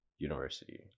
university